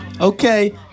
Okay